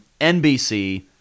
NBC